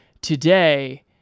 today